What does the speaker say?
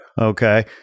Okay